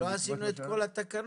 לא עשינו את כל התקנות.